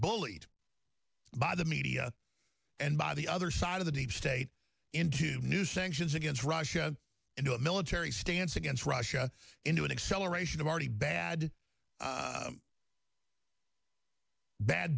bullied by the media and by the other side of the deep state into new sanctions against russia into a military stance against russia into an acceleration of already bad